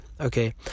Okay